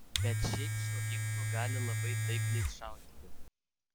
bet šiaip šiuo ginklu gali labai taikliai šaudyti